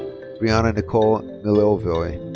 brianna nicole millevoi.